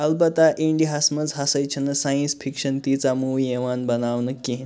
اَلبَتہ اِنڈیا ہَس مَنٛز ہَسا چھِ نہٕ ساینٛس فکشَن تیٖژاہ موٗوی یِوان بَناونہٕ کِہیٖنۍ